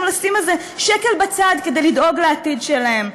לשים איזה שקל בצד כדי לדאוג לעתיד שלהם.